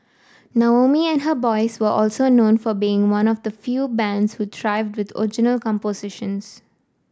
Naomi and her boys were also known for being one of the few bands who thrived with original compositions